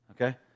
Okay